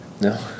No